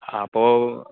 ആ അപ്പോൾ